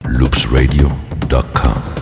loopsradio.com